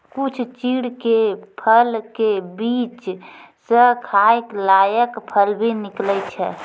कुछ चीड़ के फल के बीच स खाय लायक फल भी निकलै छै